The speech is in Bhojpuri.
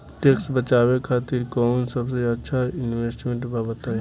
टैक्स बचावे खातिर कऊन सबसे अच्छा इन्वेस्टमेंट बा बताई?